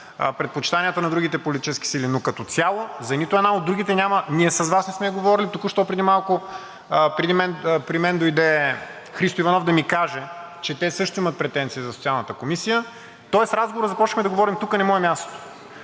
предпочитанията на другите политически сили, но като цяло за нито една от другите няма. Ние с Вас не сме говорили. Току-що, преди малко при мен дойде Христо Иванов да ми каже, че те също имат претенции за Социалната комисия. Тоест разговора започнахме да го водим, тук не му е мястото.